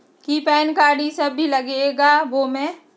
कि PAN card इ सब भी लगेगा वो में?